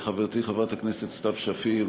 לחברתי חברת הכנסת סתיו שפיר.